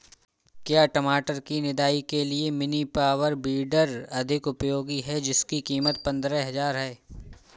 क्या टमाटर की निदाई के लिए मिनी पावर वीडर अधिक उपयोगी है जिसकी कीमत पंद्रह हजार है?